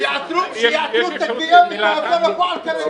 שיעצרו את הגבייה ואת ההוצאה לפועל כרגע.